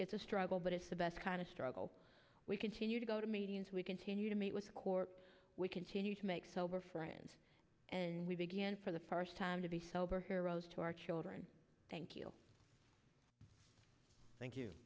it's a struggle but it's the best kind of struggle we continue to go to meetings we continue to meet with the court we continue to make sober friends and we begin for the first time to be sober heroes to our children thank you thank you